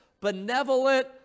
benevolent